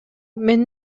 мен